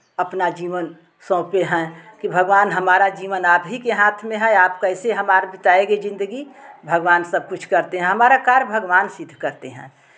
अपना जीवन सौंपे हैं कि भगवान हमारा जीवन आप ही के हाथ में है आप कैसे हमारा बिताएंगे ज़िंदगी भगवान सब कुछ करते हैं हमारा कार्य भगवान सिद्ध करते हैं